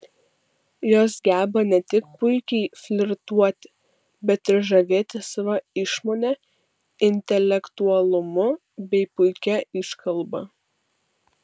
jos geba ne tik puikiai flirtuoti bet ir žavėti sava išmone intelektualumu bei puikia iškalba